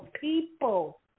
people